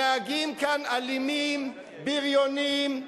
הנהגים כאן אלימים, בריונים,